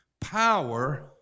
power